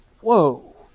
whoa